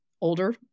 older